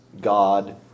God